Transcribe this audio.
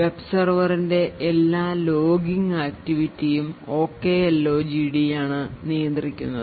web server ന്റെ എല്ലാ logging activity യും OKLOGD ആണ് നിയന്ത്രിക്കുന്നത്